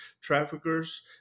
traffickers